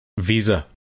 Visa